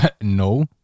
No